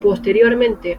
posteriormente